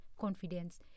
confidence